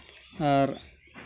ᱟᱨ